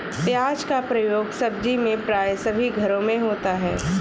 प्याज का प्रयोग सब्जी में प्राय सभी घरों में होता है